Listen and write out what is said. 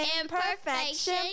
imperfection